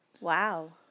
Wow